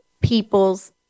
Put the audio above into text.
people's